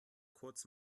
kurz